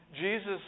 Jesus